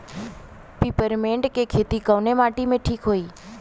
Peppermint के खेती कवने माटी पे ठीक होई?